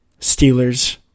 Steelers